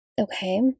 okay